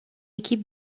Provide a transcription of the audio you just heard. équipe